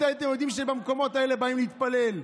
הייתם יודעים שבמקומות האלה באים להתפלל.